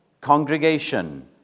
congregation